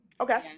okay